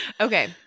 Okay